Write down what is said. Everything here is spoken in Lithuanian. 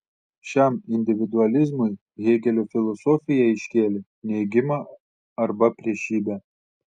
šiam individualizmui hėgelio filosofija iškėlė neigimą arba priešybę